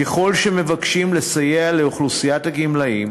ככל שמבקשים לסייע לאוכלוסיית הגמלאים,